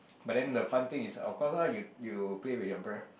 but then the fun thing is of course lah you you play with your breath